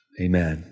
Amen